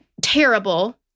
terrible